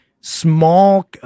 Small